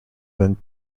than